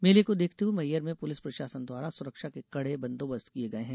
मेले को देखते हुए मैहर में पुलिस प्रशासन द्वारा सुरक्षा के कड़े बंदोबस्त किए गए हैं